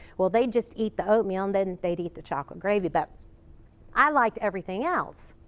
well, they'd just eat the oatmeal and then they'd eat the chocolate gravy. but i liked everything else